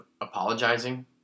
apologizing